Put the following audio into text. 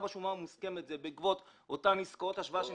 בשומה המוסכמת היא בעקבות אותן עסקאות השוואה,